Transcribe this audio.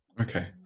okay